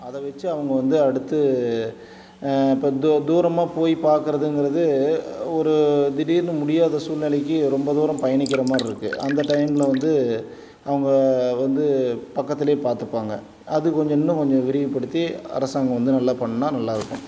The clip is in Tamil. அதை வச்சு அவங்க வந்து அடுத்து இப்போ தூ தூரமாக போய் பார்குறதுங்கிறது ஒரு திடீர்னு முடியாத சூழ்நெலைக்கி ரொம்ப தூரம் பயணிக்கிற மாதிரி இருக்குது அந்த டைம்ல வந்து அவங்க வந்து பக்கத்திலே பார்த்துப்பாங்க அது கொஞ்சம் இன்னும் கொஞ்சம் விரிவுபடுத்தி அரசாங்கம் வந்து நல்லா பண்ணா நல்லாயிருக்கும்